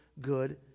good